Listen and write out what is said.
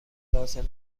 لازم